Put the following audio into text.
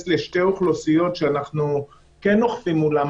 לשתי אוכלוסיות שאנחנו כן אוכפים מולן,